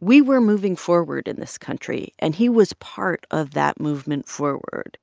we were moving forward in this country and he was part of that movement forward.